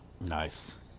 nice